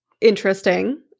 interesting